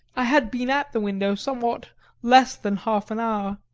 i had been at the window somewhat less than half an hour,